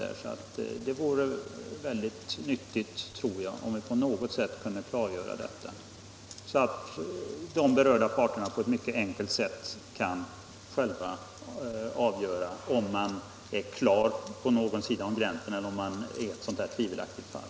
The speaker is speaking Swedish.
Det vore alltså nyttigt om vi kunde klargöra detta så att de berörda parterna på ett mycket enkelt sätt själva kunde avgöra om man klart är på någon sida av gränsen eller om man är ett tveksamt fall.